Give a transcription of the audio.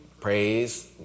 Praise